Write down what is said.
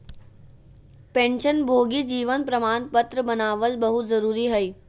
पेंशनभोगी जीवन प्रमाण पत्र बनाबल बहुत जरुरी हइ